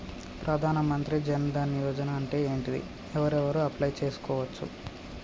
ప్రధాన మంత్రి జన్ ధన్ యోజన అంటే ఏంటిది? ఎవరెవరు అప్లయ్ చేస్కోవచ్చు?